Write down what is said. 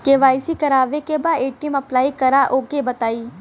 KYC करावे के बा ए.टी.एम अप्लाई करा ओके बताई?